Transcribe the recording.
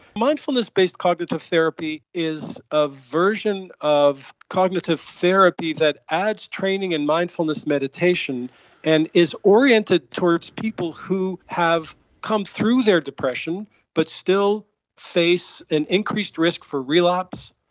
mindfulness-based cognitive therapy is a version of cognitive therapy that adds training and mindfulness meditation and is oriented towards people who have come through their depression but still face an increased risk for relapse,